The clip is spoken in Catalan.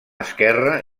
esquerra